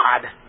God